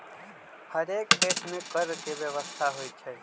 हरेक देश में कर के व्यवस्था होइ छइ